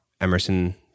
Emerson